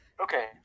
Okay